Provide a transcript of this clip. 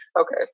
okay